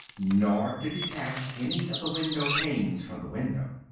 nor to detach any of the window-panes from the window.